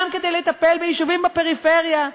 גם כדי לטפל ביישובים בפריפריה.